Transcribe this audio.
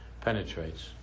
penetrates